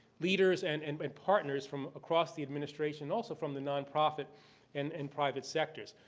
leaders, and and and partners from across the administration, also from the non-profit and and private sectors.